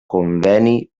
conveni